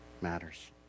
matters